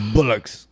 Bullocks